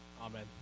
Amen